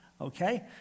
Okay